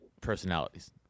personalities